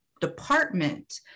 department